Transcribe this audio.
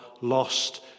lost